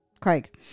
Craig